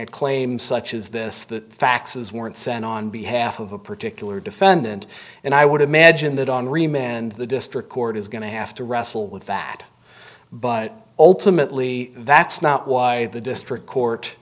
a claim such as this the faxes weren't sent on behalf of a particular defendant and i would imagine that on remain and the district court is going to have to wrestle with that but ultimately that's not why the district court